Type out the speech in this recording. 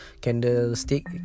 candlestick